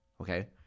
okay